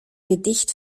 gedicht